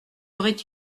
aurait